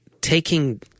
taking